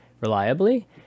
reliably